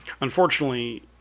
unfortunately